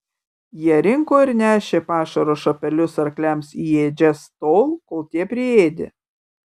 jie rinko ir nešė pašaro šapelius arkliams į ėdžias tol kol tie priėdė